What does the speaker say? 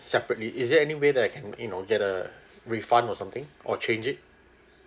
separately is there any way that I can you know get a refund or something or change it